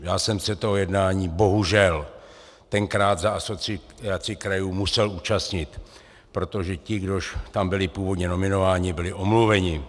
Já jsem se toho jednání bohužel tenkrát za Asociaci krajů musel účastnit, protože ti, kdož tam byli původně nominováni, byli omluveni.